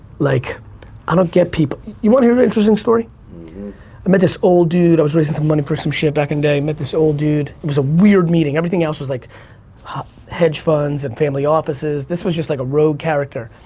like i don't get people. you wanna hear an interesting story? i met this old dude, i was raising some money for some shit back in the day, i met this old dude was a weird meeting, everything else was like hedge funds and family offices. this was just like a rogue character.